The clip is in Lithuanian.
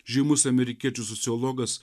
žymus amerikiečių sociologas